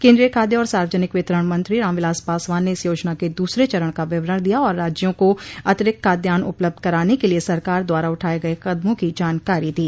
केंद्रीय खाद्य और सार्वजनिक वितरण मंत्री रामविलास पासवान ने इस योजना के द्सरे चरण का विवरण दिया और राज्यों को अतिरिक्त खाद्यान्न उपलब्ध कराने के लिए सरकार द्वारा उठाए गए कदमों की जानकारी दी